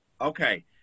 Okay